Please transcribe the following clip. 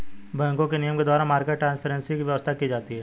बैंकों के नियम के द्वारा मार्केट ट्रांसपेरेंसी की व्यवस्था की जाती है